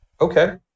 Okay